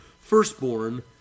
firstborn